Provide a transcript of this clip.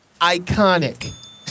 Iconic